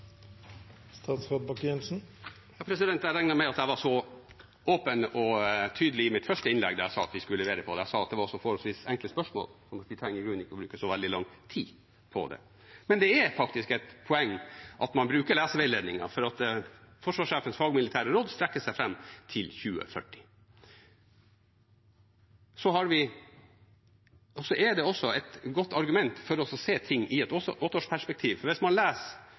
Jeg regnet med at jeg var så åpen og tydelig i mitt første innlegg da jeg sa at vi skulle levere på det. Jeg sa at det var også et forholdsvis enkelt spørsmål, som jeg ikke trenger å gå inn i og bruke så veldig lang tid på. Men det er faktisk et poeng at man bruker leserveiledningen, for forsvarssjefens fagmilitære råd strekker seg fram til 2040. Så er det også et godt argument for å se ting også i et åtteårsperspektiv. For hvis man leser